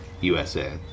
USA